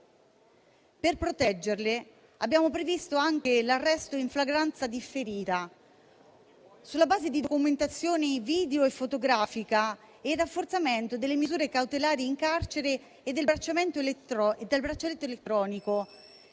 Per proteggerle abbiamo previsto anche l'arresto in flagranza differita sulla base di documentazione video fotografica e il rafforzamento delle misure cautelari in carcere e del braccialetto elettronico,